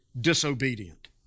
disobedient